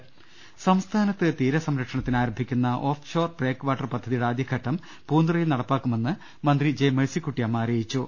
രുട്ട്ട്ട്ട്ട്ട്ട്ട സംസ്ഥാനത്ത് തീരസംരക്ഷണത്തിന് ആരംഭിക്കുന്ന ഓഫ് ഷോർ ബ്രേക്ക് വാട്ടർ പദ്ധതിയുടെ ആദ്യഘട്ടം പൂന്തുറയിൽ നടപ്പാക്കുമെന്ന് മന്ത്രി ജെ മേഴ്സിക്കുട്ടിയമ്മ അറിയിച്ചു